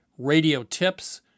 radiotips